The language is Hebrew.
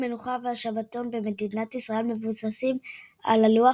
המנוחה והשבתון במדינת ישראל מבוססים על הלוח